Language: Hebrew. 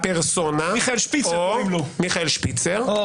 הפרסונה מיכאל שפיצר או